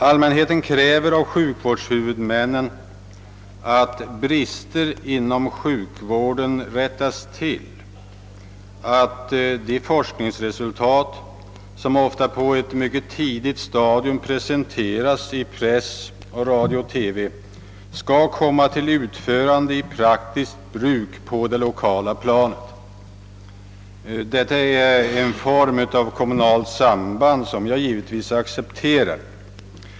Allmänheten kräver av sjukvårdshuvudmännen att brister inom sjukvården rättas till och att de forskningsresultat som ofta på ett mycket tidigt stadium presenteras i press och radio-TV skall komma till utförande i praktiskt bruk på det lokala planet. Detta är en form av kommunalt samband som jag givetvis accepterar.